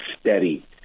steady